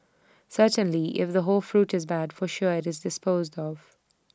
certainly if the whole fruit is bad for sure IT is disposed of